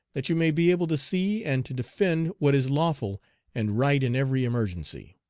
that you may be able to see and to defend what is lawful and right in every emergency.